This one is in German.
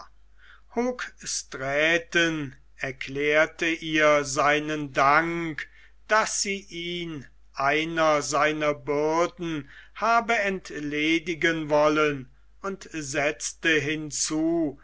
hoogstraaten erklärte ihr seinen dank daß sie ihn einer seiner bürden habe entledigen wollen und setzte hinzu